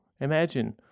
Imagine